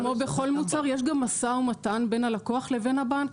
כמו בכל מוצר יש גם משא ומתן בין הלקוח לבין הבנק,